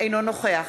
אינו נוכח